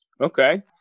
Okay